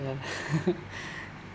ya